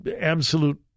absolute